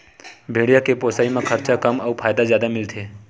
भेड़िया के पोसई म खरचा कम अउ फायदा जादा मिलथे